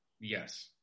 Yes